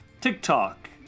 TikTok